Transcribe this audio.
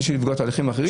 בשביל לקבוע תהליכים אחרים.